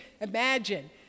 Imagine